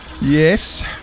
Yes